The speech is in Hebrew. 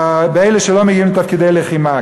מתוך אלה שלא מגיעים לתפקידי לחימה,